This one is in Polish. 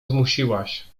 zmusiłaś